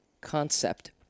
concept